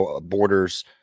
borders